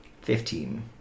Fifteen